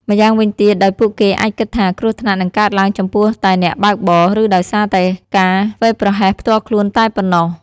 ម្យ៉ាងវិញទៀត ដោយពួកគេអាចគិតថាគ្រោះថ្នាក់នឹងកើតឡើងចំពោះតែអ្នកបើកបរ ឬដោយសារតែការធ្វេសប្រហែសផ្ទាល់ខ្លួនតែប៉ុណ្ណោះ។